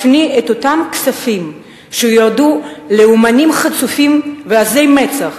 הפני את אותם כספים שיועדו לאמנים חצופים ועזי מצח